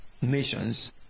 nations